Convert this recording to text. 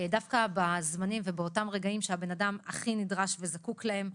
דווקא באותם רגעים שאדם הכי נדרש וזקוק להם.